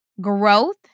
Growth